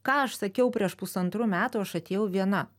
ką aš sakiau prieš pusantrų metų aš atėjau viena